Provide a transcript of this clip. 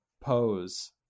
pose